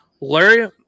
Larry